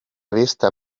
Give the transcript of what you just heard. vista